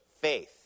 faith